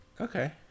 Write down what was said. okay